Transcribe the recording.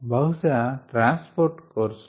బహుశా transport course లో